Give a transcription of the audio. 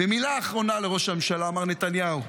ומילה אחרונה לראש הממשלה: מר נתניהו,